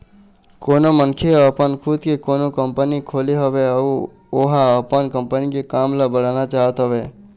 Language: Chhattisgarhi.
कोनो मनखे ह अपन खुद के कोनो कंपनी खोले हवय अउ ओहा अपन कंपनी के काम ल बढ़ाना चाहत हवय